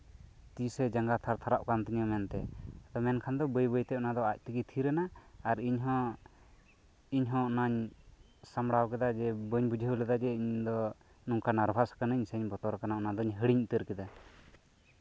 ᱛᱤ ᱥᱮ ᱡᱟᱸᱜᱟ ᱛᱷᱟᱨ ᱛᱷᱟᱨᱟᱜ ᱠᱟᱱ ᱛᱤᱧᱟ ᱢᱮᱱᱛᱮ ᱢᱮᱱᱠᱷᱟᱱ ᱵᱟᱹᱭ ᱵᱟᱹᱭ ᱛᱮ ᱟᱡ ᱛᱮᱜᱮ ᱛᱷᱤᱨ ᱮᱱᱟ ᱟᱨ ᱤᱧᱦᱚᱸ ᱤᱧᱦᱚᱸ ᱚᱱᱟᱧ ᱥᱟᱢᱵᱟᱲᱟᱣ ᱠᱮᱫᱟ ᱡᱮ ᱵᱟᱹᱧ ᱵᱩᱡᱷᱟᱹᱣ ᱞᱮᱫᱟ ᱡᱮ ᱤᱧ ᱫᱚ ᱱᱚᱝᱠᱟ ᱱᱟᱨᱵᱷᱟᱥ ᱠᱟᱱᱟᱧ ᱥᱮ ᱵᱚᱛᱚᱨ ᱠᱟᱱᱟ ᱚᱱᱟ ᱫᱚᱧ ᱦᱤᱲᱤᱧ ᱩᱛᱟᱹᱨ ᱠᱮᱫᱟ